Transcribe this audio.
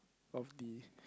of the